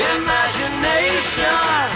imagination